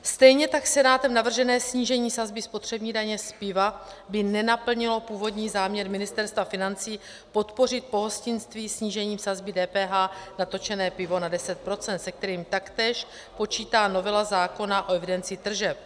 Stejně tak Senátem navržené snížení sazby spotřební daně z piva by nenaplnilo původní záměr Ministerstva financí podpořit pohostinství snížením sazby DPH na točené pivo na 10 %, se kterým taktéž počítá novela zákona o evidenci tržeb.